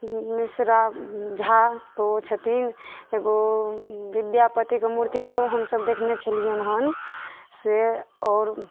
मिश्रा झा तऽ ओ छथिन एगो विद्यापतिके मूर्ति सेहो हमसभ देखने छलियनि हन से आओर